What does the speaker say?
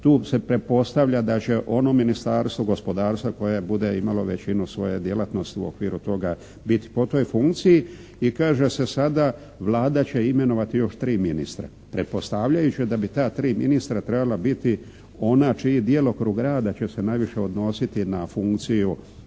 tu se pretpostavlja da će ono Ministarstvo gospodarstva koje bude imalo većinu svoje djelatnosti u okviru toga biti po toj funkciji. I kaže se sada Vlada će imenovati još 3 ministra, pretpostavljajući da bi ta tri ministra trebala biti ona čiji djelokrug rada će se najviše odnositi na funkciju